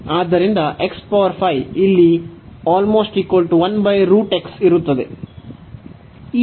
ಆದ್ದರಿಂದ ಇಲ್ಲಿ ಇರುತ್ತದೆ